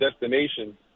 destination